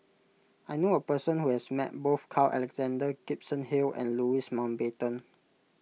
I knew a person who has met both Carl Alexander Gibson Hill and Louis Mountbatten